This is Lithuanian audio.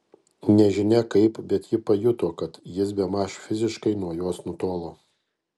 nežinia kaip bet ji pajuto kad jis bemaž fiziškai nuo jos nutolo